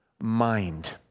mind